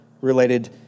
related